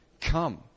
come